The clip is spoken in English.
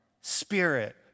spirit